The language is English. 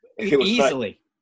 Easily